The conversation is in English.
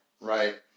right